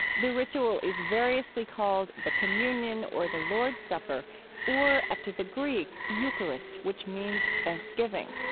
the ritual is variously called the communion or the lord's supper or, after the greek, eucharist, which means thanksgiving